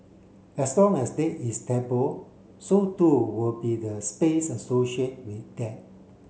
as long as dead is taboo so too will be the space associate with death